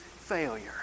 failure